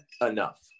enough